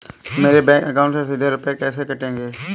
मेरे bank account से सीधे रुपए कैसे कटेंगे?